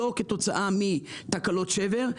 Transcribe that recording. לא כתוצאה מתקלות שבר,